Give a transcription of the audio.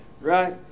right